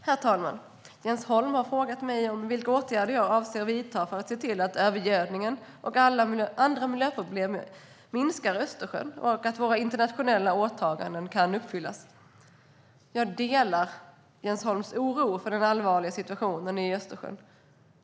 Herr talman! Jens Holm har frågat mig vilka åtgärder jag avser att vidta för att se till att övergödningen och andra miljöproblem minskar i Östersjön och att våra internationella åtaganden kan uppfyllas. Jag delar Jens Holms oro för den allvarliga situationen i Östersjön.